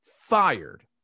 fired